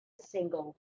single